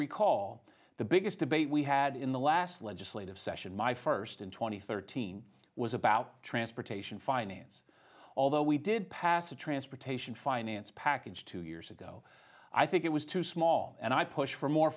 recall the biggest debate we had in the last legislative session my first in two thousand and thirteen was about transportation finance although we did pass a transportation finance package two years ago i think it was too small and i push for more